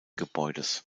gebäudes